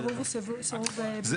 אם הסירוב הוא סירוב בלתי סביר.